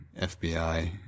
FBI